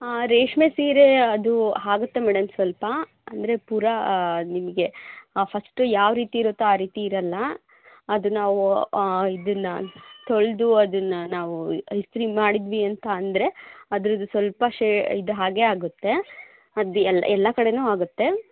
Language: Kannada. ರೇಷ್ಮೆ ಸೀರೆ ಅದು ಆಗುತ್ತೆ ಮೇಡಂ ಸ್ವಲ್ಪ ಅಂದರೆ ಪೂರ ನಿಮಗೆ ಫಸ್ಟು ಯಾವ ರೀತಿ ಇರುತ್ತೋ ಆ ರೀತಿ ಇರೋಲ್ಲ ಅದು ನಾವು ಇದನ್ನ ತೊಳೆದು ಅದನ್ನ ನಾವು ಇಸ್ತ್ರಿ ಮಾಡಿದ್ದೀವಿ ಅಂತ ಅಂದರೆ ಅದ್ರದ್ದ್ ಸ್ವಲ್ಪ ಶೇ ಇದು ಆಗೇ ಆಗುತ್ತೆ ಅದು ಎಲ್ಲ ಕಡೆನೂ ಆಗುತ್ತೆ